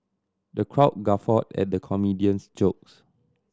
the crowd guffawed at the comedian's jokes